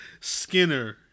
Skinner